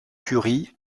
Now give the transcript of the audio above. curie